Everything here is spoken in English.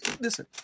Listen